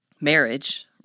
marriage